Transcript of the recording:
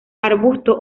arbustos